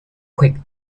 quick